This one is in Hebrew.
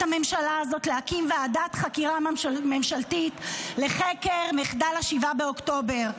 הממשלה הזאת להקים ועדת חקירה ממשלתית לחקר מחדל 7 באוקטובר,